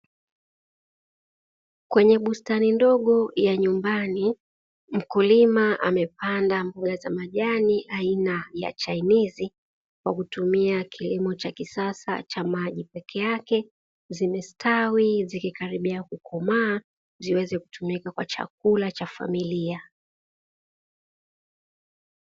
Kwenye bustani ndogo ya nyumbani, mkulima amepanda mboga za majani aina ya chainizi kwa kutumia kilimo cha kisasa cha maji peke yake, zimestawi zikikaribia kukomaa ziweze kutumika kwa chakula cha familia.